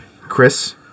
Chris